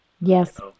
Yes